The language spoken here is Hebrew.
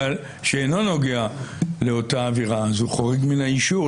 שאינו נוגע לאותה עבירה, זה חורג מן האישור.